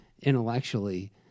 intellectually